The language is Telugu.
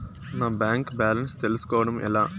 నా బ్యాంకు బ్యాలెన్స్ తెలుస్కోవడం ఎలా?